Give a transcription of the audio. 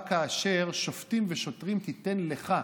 רק כאשר "שֹׁפטים ושֹׁטרים תִתן לך,